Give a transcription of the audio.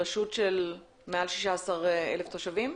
רשות שיש בה מעל 16,000 תושבים?